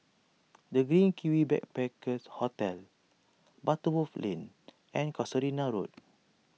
the Green Kiwi Backpacker Hostel Butterworth Lane and Casuarina Road